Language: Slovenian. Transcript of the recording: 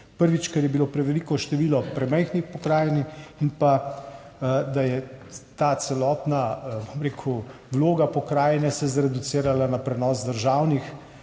prvič, ker je bilo preveliko število premajhnih pokrajin in pa da se je ta celotna vloga pokrajine zreducirala na prenos državnih